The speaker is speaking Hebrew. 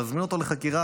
להזמין אותו לחקירה,